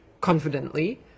confidently